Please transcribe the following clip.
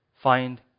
Find